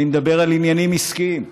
אני מדבר על עניינים עסקיים,